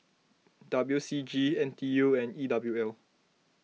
W C G N T U and E W L